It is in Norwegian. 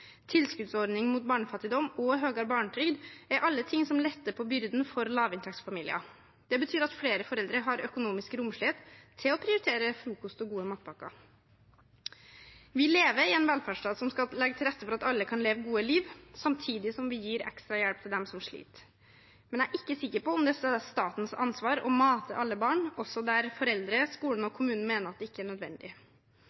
tilskuddsordning mot barnefattigdom og høyere barnetrygd, er alle ting som letter byrden for lavinntektsfamilier. Det betyr at flere foreldre har økonomisk romslighet til å prioritere frokost og gode matpakker. Vi lever i en velferdsstat som skal legge til rette for at alle kan leve et godt liv, samtidig som vi gir ekstra hjelp til dem som sliter. Men jeg er ikke sikker på om det er statens ansvar å mate alle barn, også der foreldre, skolen og